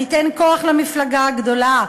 ניתן כוח למפלגה הגדולה,